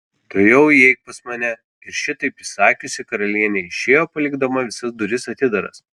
tuojau įeik pas mane ir šitaip įsakiusi karalienė išėjo palikdama visas duris atidaras